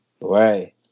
Right